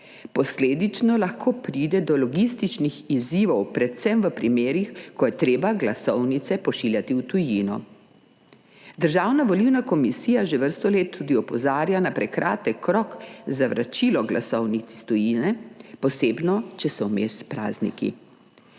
Posledično lahko pride do logističnih izzivov predvsem v primerih, ko je treba glasovnice pošiljati v tujino. Državna volilna komisija že vrsto let tudi opozarja na prekratek rok za vračilo glasovnic iz tujine, posebno če so vmes prazniki.